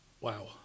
Wow